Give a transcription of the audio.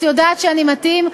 את יודעת שאני מתאים,